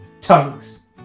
tongues